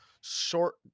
short